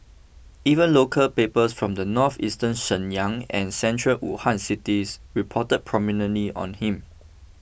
even local papers from northeastern Shenyang and central Wuhan cities reported prominently on him